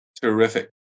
Terrific